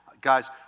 Guys